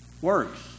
works